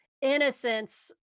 innocence